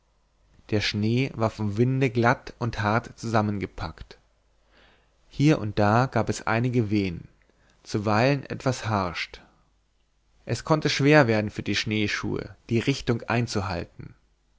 der schnee war vom winde glatt und hart zusammengepackt hier und da gab es einige wehen zuweilen etwas harscht es konnte schwer werden für die schneeschuhe die richtung einzuhalten